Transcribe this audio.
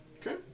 Okay